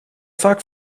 vaak